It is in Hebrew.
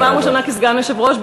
זו פעם ראשונה כסגן יושב-ראש,